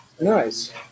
Nice